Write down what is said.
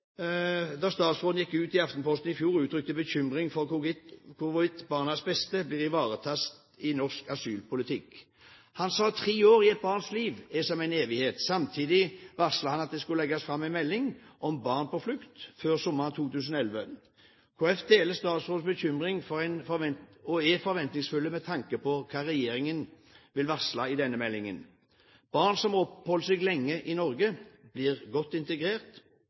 da statsråden gikk ut i Aftenposten i fjor og uttrykte bekymring for hvorvidt barnas beste blir ivaretatt i norsk asylpolitikk. Han sa at tre år i et barns liv er som en evighet. Samtidig varslet han at det skulle legges fram en melding om barn på flukt før sommeren 2011. Kristelig Folkeparti deler statsrådens bekymring og er forventningsfull med tanke på hva regjeringen vil varsle i denne meldingen. Barn som har oppholdt seg lenge i Norge og blitt godt integrert,